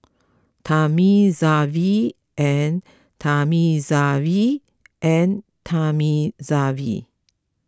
Thamizhavel and Thamizhavel and Thamizhavel